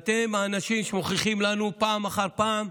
אתם האנשים שמוכיחים לנו פעם אחר פעם: